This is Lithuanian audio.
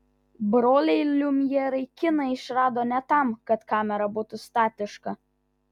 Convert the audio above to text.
broliai liumjerai kiną išrado ne tam kad kamera būtų statiška